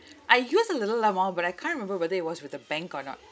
I used a little amount but I can't remember whether it was with a bank or not